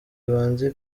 ibanza